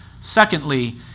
Secondly